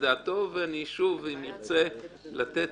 ודעתו, ואם נרצה לתת